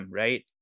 right